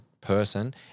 person